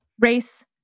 Race